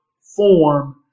form